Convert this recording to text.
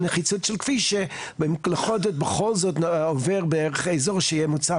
הנחיצות של כביש שבכל זאת עובר באזור שיהיה מוצף